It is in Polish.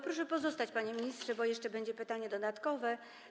Proszę pozostać, panie ministrze, bo jeszcze będzie pytanie dodatkowe.